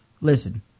listen